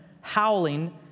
howling